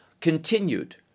continued